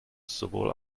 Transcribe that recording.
sowohl